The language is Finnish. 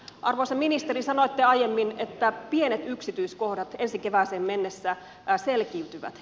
arvoisa ministeri sanoitte aiemmin että pienet yksityiskohdat ensi kevääseen mennessä selkiintyvät